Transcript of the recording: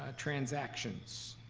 ah transactions.